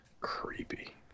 Creepy